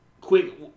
quick